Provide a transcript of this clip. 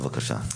גברתי, בבקשה.